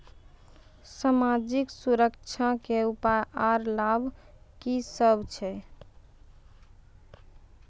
समाजिक सुरक्षा के उपाय आर लाभ की सभ छै?